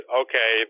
okay